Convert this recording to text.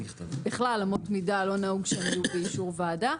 בכלל אמות מידה לא נהוג שהן יהיו באישור וועדה.